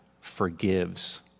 forgives